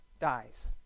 dies